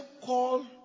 call